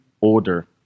order